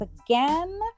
again